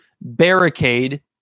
barricade